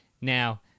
Now